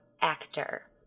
actor